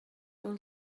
will